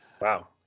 Wow